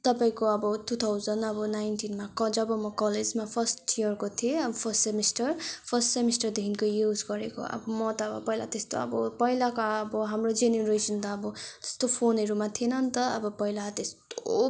तपाईँको अब two thousand अब नाइन्टिनमा क जब म कलेजमा फर्स्ट इयरको थिएँ अब फर्स्ट सेमिस्टर फर्स्ट सेमिस्टरदेखिको यो युज गरेको अब म त पहिला त्यस्तो अब पहिलाको अब हाम्रो जेनेरेसन त अब त्यस्तो फोनहरूमा थिएन नि त अब पहिला त्यस्तो